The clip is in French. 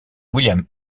william